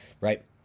right